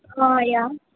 yeah